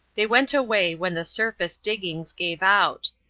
they went away when the surface diggings gave out.